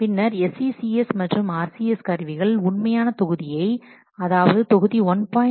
பின்னர் SCCS மற்றும் RCS கருவிகள் உண்மையான தொகுதியை அதாவது தொகுதி 1